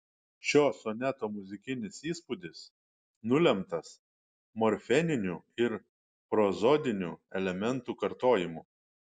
šio soneto muzikinis įspūdis nulemtas morfeminių ir prozodinių elementų kartojimu